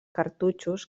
cartutxos